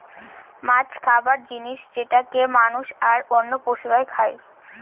মাছ খাবার জিনিস যেটাকে মানুষ, আর অন্য পশুরা খাই